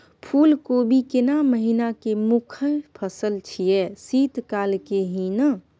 फुल कोबी केना महिना के मुखय फसल छियै शीत काल के ही न?